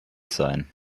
sein